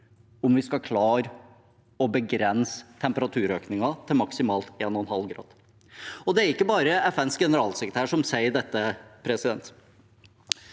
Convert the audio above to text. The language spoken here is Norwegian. om vi skal klare å begrense temperaturøkningen til maksimalt 1,5 grad. Det er ikke bare FNs generalsekretær som sier dette. Ledende